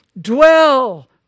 Dwell